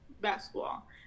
basketball